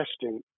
testing